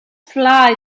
fly